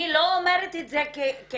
אני לא אומרת את זה כעמדה.